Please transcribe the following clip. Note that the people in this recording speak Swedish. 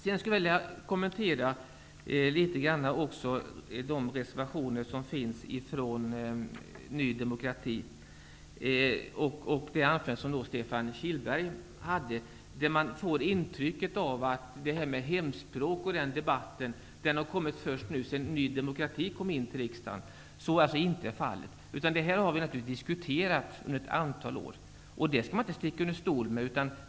Sedan skulle jag också vilja kommentera de reservationer som finns ifrån Ny demokrati och Stefan Kihlbergs anförande. Där får man intrycket att debatten om hemspråk har kommit först nu sedan Ny demokrati kom in i riksdagen. Så är inte fallet. Detta har vi naturligtvis diskuterat under ett antal år. Det skall vi inte sticka under stol med.